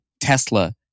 Tesla